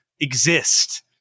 exist